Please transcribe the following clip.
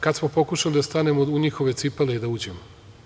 Kada smo pokušali da stanemo u njihove cipele i da uđemo?